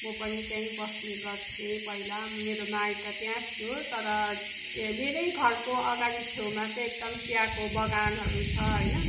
म पनि त्यही बस्ने गर्थेँ पहिला मेरो माइत त्यहाँ थियो तर ए मेरै घरको अगाडि छेउमा चाहिँ एकदम चियाको बगानहरू छ होइन